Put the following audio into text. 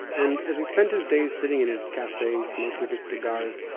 and as he spent his days sitting in his cafe smoking his cigars,